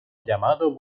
llamado